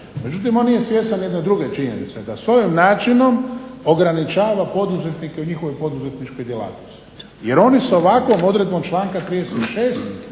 Međutim, on nije svjestan jedne druge činjenice, da s ovim načinom ograničava poduzetnike u njihovoj poduzetničkoj djelatnosti. Jer oni sa ovakvom odredbom članka 36.